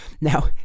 Now